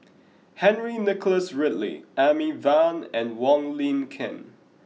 Henry Nicholas Ridley Amy Van and Wong Lin Ken